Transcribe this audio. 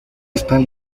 están